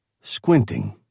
squinting